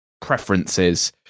preferences